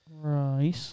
Right